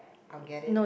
I'll get it